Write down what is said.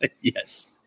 Yes